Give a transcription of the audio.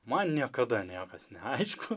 man niekada niekas neaišku